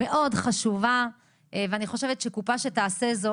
מאוד חשובה ואני חושבת שקופת החולים שתעשה זאת,